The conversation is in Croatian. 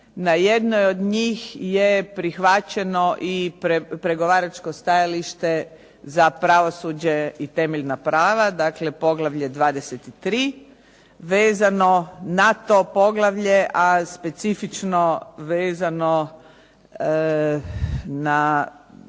Na jednoj od njih je prihvaćeno i pregovaračko stajalište za pravosuđe i temeljna prava, dakle poglavlje 23. Vezano na to poglavlje a specifično vezano na